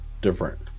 different